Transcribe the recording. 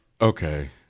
Okay